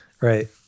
right